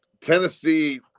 Tennessee